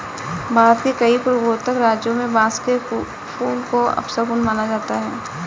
भारत के कई पूर्वोत्तर राज्यों में बांस के फूल को अपशगुन माना जाता है